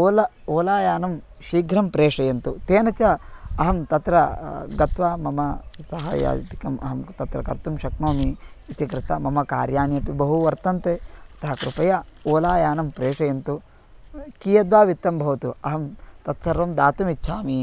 OLA ओलायानं शीघ्रं प्रेषयन्तु तेन च अहं तत्र गत्वा मम सहायादिकम् अहं तत्र कर्तुं शक्नोमि इति कृत्वा मम कार्याणि अपि बहु वर्तन्ते अतः कृपया ओलायानं प्रेषयन्तु कियद्वा वित्तं भवतु अहं तत्सर्वं दातुम् इच्छामि